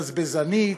בזבזנית,